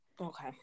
okay